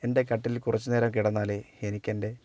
എൻ്റെ കട്ടിലിൽ കുറച്ച് നേരം കിടന്നാലേ എനിക്കെൻ്റെ